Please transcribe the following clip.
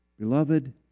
Beloved